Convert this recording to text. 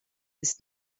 ist